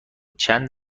چند